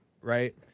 right